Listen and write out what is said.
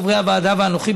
חברי הוועדה ואנוכי,